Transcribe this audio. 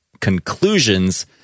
conclusions